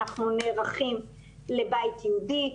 אנחנו נערכים לבית ייעודי.